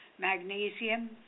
magnesium